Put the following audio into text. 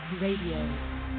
RADIO